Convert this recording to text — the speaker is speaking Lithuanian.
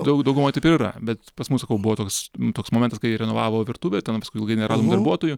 daug daugumoj taip ir yra bet pas mus sakau buvo toks toks momentas kai renovavo virtuvę ten paskui ilgai neradom darbuotojų